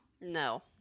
No